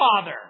father